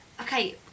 okay